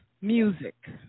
music